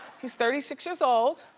he's thirty six years old.